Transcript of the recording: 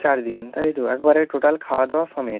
চার দিন তাই তো একবারে টোটাল খাওয়া দাওয়া সমেত